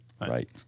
Right